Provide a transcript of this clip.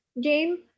game